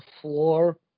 floor